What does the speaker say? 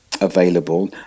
available